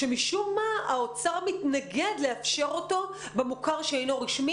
שמשום מה האוצר מתנגד לאפשר אותו במוכר שאינו רשמי.